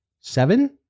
seven